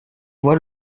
voit